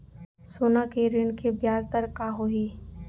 सोना के ऋण के ब्याज दर का होही?